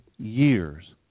years